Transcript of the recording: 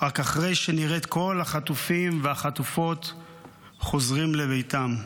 רק אחרי שנראה את כל החטופים והחטופות חוזרים לביתם.